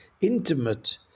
intimate